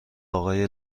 آقای